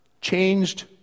changed